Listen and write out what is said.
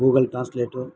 Google translate